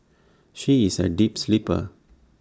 she is A deep sleeper